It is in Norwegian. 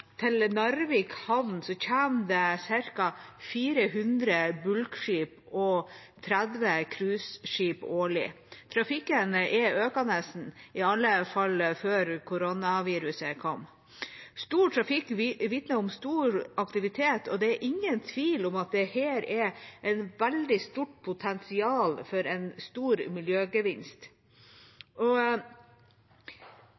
Til Narvik havn kommer det ca. 400 bulkskip og 30 cruiseskip årlig. Trafikken er økende, iallfall før koronaviruset kom. Stor trafikk vitner om stor aktivitet, og det er ingen tvil om at dette er et veldig stort potensial for en stor miljøgevinst.